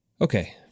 okay